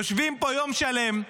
יושבים פה יום שלם,